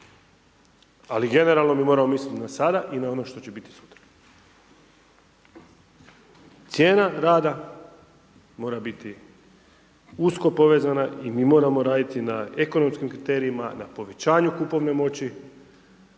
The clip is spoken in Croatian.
ali generalno bih morao misliti na sada i na ono što će biti sutra. Cijena rada mora biti usko povezana i mi moramo raditi na ekonomskim kriterijima, na povećanju kupovne moći,